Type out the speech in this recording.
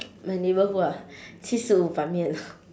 my neighbourhood ah 七十五版面